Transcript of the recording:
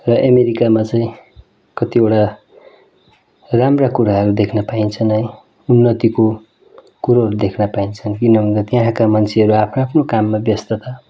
र अमेरिकामा चाहिँ कतिवटा राम्रा कुराहरू देख्न पाइन्छन् है उन्नतिको कुरोहरू देख्न पाइन्छन् किनभने त्यहाँका मान्छेहरू आफ्ना आफ्ना काममा व्यस्तता